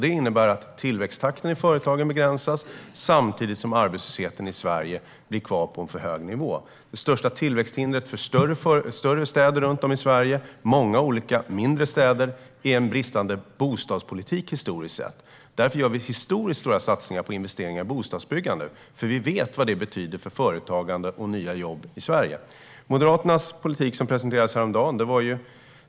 Det innebär att tillväxttakten i företagen begränsas samtidigt som arbetslösheten i Sverige blir kvar på en för hög nivå. Det största tillväxthindret för större städer runt om i Sverige och i många olika mindre städer är en historiskt sett bristande bostadspolitik. Därför gör vi historiskt stora satsningar på investeringar i bostadsbyggande, för vi vet vad det betyder för företagande och nya jobb i Sverige. Moderaternas politik presenterades häromdagen.